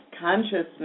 Consciousness